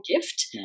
gift